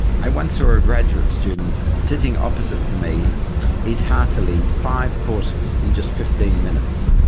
i once saw a graduate student sitting opposite to me eat heartily five courses in just fifteen minutes.